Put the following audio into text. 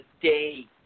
day